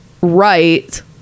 right